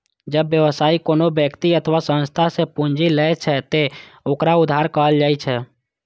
जब व्यवसायी कोनो व्यक्ति अथवा संस्था सं पूंजी लै छै, ते ओकरा उधार कहल जाइ छै